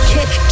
Kick